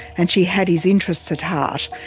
and she had his interests at heart.